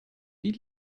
die